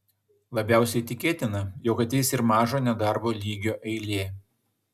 labiausiai tikėtina jog ateis ir mažo nedarbo lygio eilė